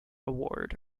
award